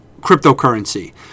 cryptocurrency